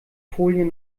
folien